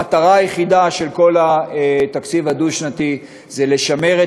המטרה היחידה של כל התקציב הדו-שנתי היא לשמר את